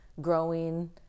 growing